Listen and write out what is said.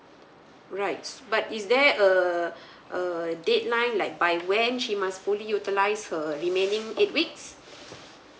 right but is there a a deadline like by when she must fully utilise her remaining eight weeks